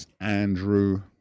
Andrew